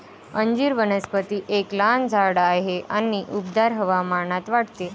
अंजीर वनस्पती एक लहान झाड आहे आणि उबदार हवामानात वाढते